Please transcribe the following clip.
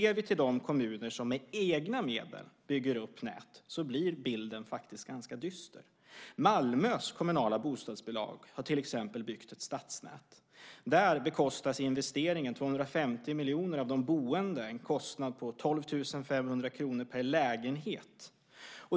Om vi ser till de kommuner som med egna medel bygger upp nät blir bilden ganska dyster. Malmös kommunala bostadsbolag har till exempel byggt ett stadsnät. Där bekostas investeringen på 250 miljoner av de boende - en kostnad på 12 500 kr per lägenhet.